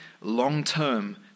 long-term